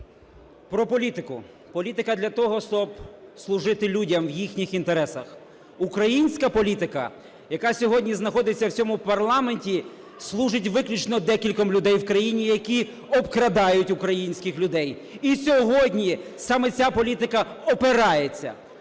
Про політику. Політика для того, щоб служити людям в їхніх інтересах. Українська політика, яка сьогодні знаходиться в цьому парламенті, служить виключно декільком людей в країні, які обкрадають українських людей. І сьогодні саме ця політика опирається.